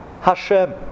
Hashem